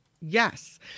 Yes